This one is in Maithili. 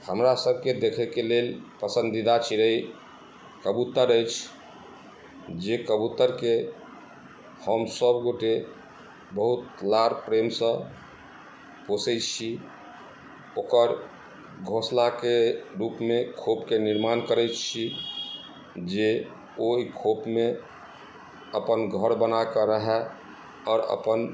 हमरा सबके देखयके लेल पसंदीदा चिड़ै कबूतर अछि जे कबूतरके हम सबगोटे बहुत लार प्रेमसँ पोसै छी ओकर घोंसलाके रूपमे खोपके निर्माण करै छी जे ओहि खोपमे अपन घर बनाके रहय आओर अपन